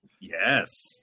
Yes